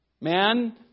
Man